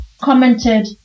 commented